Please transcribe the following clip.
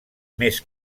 més